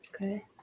Okay